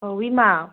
ꯑꯣ ꯋꯤꯃꯥ